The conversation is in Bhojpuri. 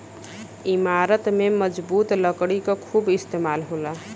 इमारत में मजबूत लकड़ी क खूब इस्तेमाल होला